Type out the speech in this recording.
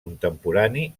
contemporani